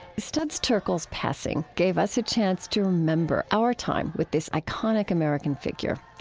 studs terkel's passing gave us a chance to remember our time with this iconic american figure.